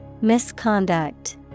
Misconduct